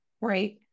Right